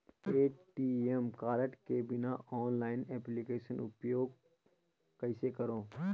ATM card के बिना online application उपयोग कइसे करो?